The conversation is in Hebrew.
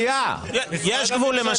אני חייב --- יש גבול למה שקורה.